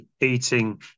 eating